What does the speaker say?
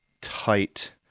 tight